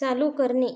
चालू करणे